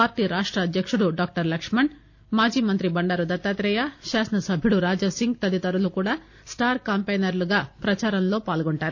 party రాష్ట అధ్యకుడు doctor Laxman మాజీమంత్రి బండారు దత్తాత్రేయ శాసనసభ్యుడు రాజాసింగ్ తదితరులు కూడా స్లార్ క్యాంపెయినర్లుగా ప్రచారంలో పాల్గొంటారు